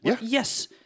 Yes